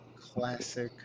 classic